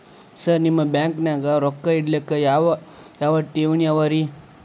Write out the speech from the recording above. Sir ನಿಮ್ಮ ಬ್ಯಾಂಕನಾಗ ರೊಕ್ಕ ಇಡಲಿಕ್ಕೆ ಯಾವ್ ಯಾವ್ ಠೇವಣಿ ಅವ ರಿ?